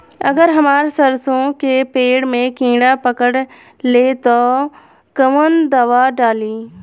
अगर हमार सरसो के पेड़ में किड़ा पकड़ ले ता तऽ कवन दावा डालि?